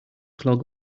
clog